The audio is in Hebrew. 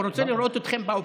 הוא רוצה לראות אתכם באופוזיציה.